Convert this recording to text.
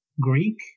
Greek